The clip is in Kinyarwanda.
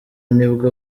nibwo